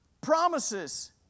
promises